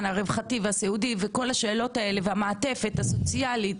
הרווחתי והסיעודי וכל השאלות האלה והמעטפת הסוציאלית,